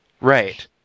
Right